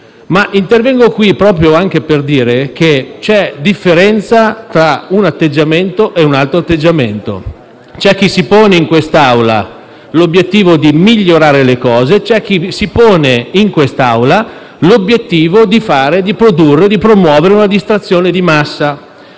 Ma intervengo qui proprio anche per dire che c'è differenza tra un atteggiamento e un altro atteggiamento. C'è chi si pone in questa Aula l'obiettivo di migliorare le cose; e c'è invece chi si pone in l'obiettivo di produrre e di promuovere una distrazione di massa.